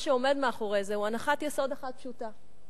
מה שעומד מאחורי זה הוא הנחת יסוד אחת פשוטה,